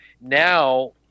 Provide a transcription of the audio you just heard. now